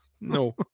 no